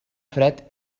fred